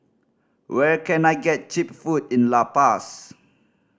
where can I get cheap food in La Paz